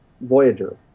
Voyager